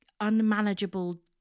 unmanageable